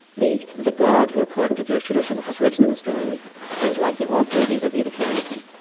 the the god who, according to jewish tradition, has written the story is like the author vis-a-vis the character.